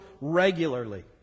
regularly